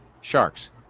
Sharks